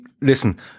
Listen